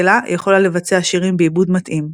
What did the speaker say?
כל מקהלה יכולה לבצע שירים בעיבוד מתאים,